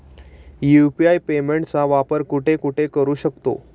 UPI पेमेंटचा वापर कुठे कुठे करू शकतो?